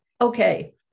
Okay